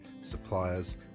suppliers